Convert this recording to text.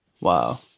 Wow